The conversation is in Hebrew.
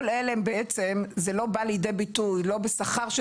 כל אלה לא באים לידי ביטוי לא בשכר של